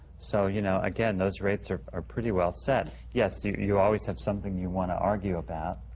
so, you know, again those rates are are pretty well set. yes, you you always have something you want to argue about.